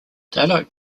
daylight